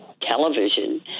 television